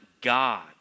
God